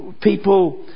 people